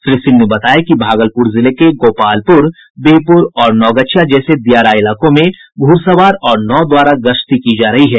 श्री सिंह ने बताया कि भागलपुर जिले के गोपालपुर बिहपुर और नवगछिया जैसे दियारा इलाको में घुड़सवार और नाव द्वारा गश्ती की जा रही है